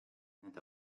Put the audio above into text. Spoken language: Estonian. nende